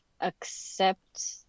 accept